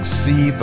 see